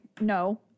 no